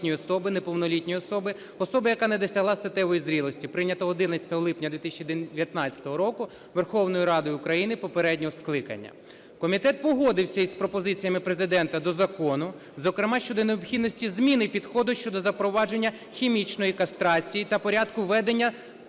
неповнолітньої особи, особи, яка не досягла статевої зрілості", прийнятого 11 липня 2019 року Верховною Радою України попереднього скликання. Комітет погодився із пропозиціями Президента до закону, зокрема щодо необхідності зміни підходу щодо запровадження хімічної кастрації та порядку введення